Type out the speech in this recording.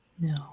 No